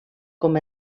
com